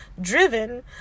driven